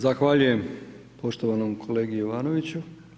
Zahvaljujem poštovanom kolegi Jovanoviću.